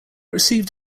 received